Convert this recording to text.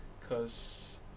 cause